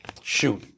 Shoot